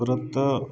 परत